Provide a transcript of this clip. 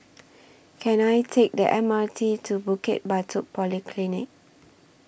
Can I Take The M R T to Bukit Batok Polyclinic